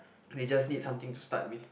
they just need something to start with